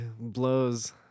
blows